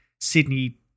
Sydney